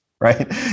right